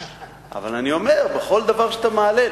אבל אני אומר שבכל דבר שאתה מעלה,